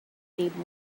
need